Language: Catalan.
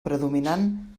predominant